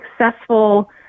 successful